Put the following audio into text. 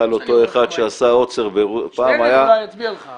על אותו אחד שעשה עוצר -- שטרן אולי יצביע לך,